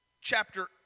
chapter